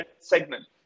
segment